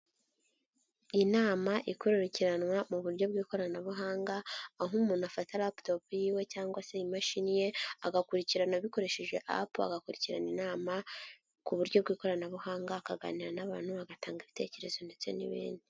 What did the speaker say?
Inamama ikurikiranwa mu buryo bw'ikoranabuhanga, aho umuntu afata laptop y'iwe cyangwa se imashini ye, agakurikirana abikoresheje app, agakurikirana inama ku buryo bw'ikoranabuhanga, akaganira n'abantu, bagatanga ibitekerezo ndetse n'ibindi.